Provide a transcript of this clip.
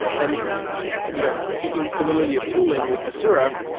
and so you know speaking similarly of tooling, with hasura,